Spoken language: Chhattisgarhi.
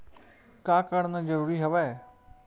का करना जरूरी हवय?